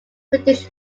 british